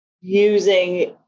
using